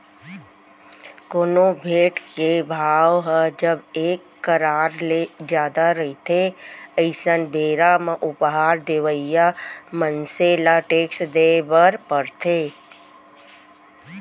कोनो भेंट के भाव ह जब एक करार ले जादा रहिथे अइसन बेरा म उपहार देवइया मनसे ल टेक्स देय बर परथे